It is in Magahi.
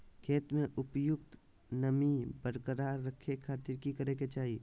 खेत में उपयुक्त नमी बरकरार रखे खातिर की करे के चाही?